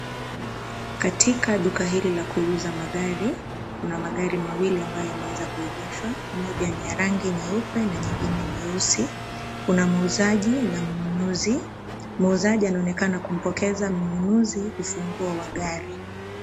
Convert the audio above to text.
Katika duka hili la kuuza magari, kuna magari mawili ambayo yameweza kuegeshwa. Moja ni la rangi nyeupe na jingine ni la rangi nyeusi. Kuna muuzaji na mnunuzi. Muuzaji anaonekana kumpokeza mnunuzi ufunguo wa gari.